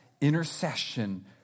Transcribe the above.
intercession